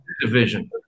Division